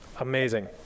Amazing